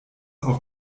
auf